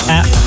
app